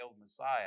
Messiah